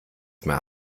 mehr